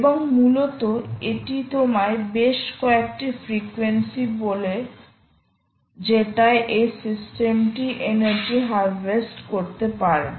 এবং মূলত এটি তোমায় বেশ কয়েকটি ফ্রিকোয়েন্সি বলে যেটায় এই সিস্টেমটি এনার্জি হারভেস্ট করতে পারে